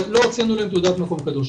אבל לא הוצאנו להם תעודת מקום קדוש.